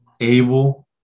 able